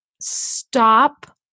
stop